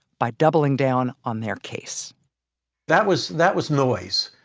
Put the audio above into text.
by doubling down on their case that was, that was noise,